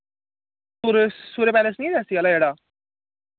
सूर्य Surya palace नि ऐ रियासी आह्ला जेह्ड़ा